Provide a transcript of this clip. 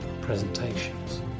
presentations